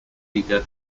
kingdom